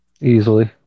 easily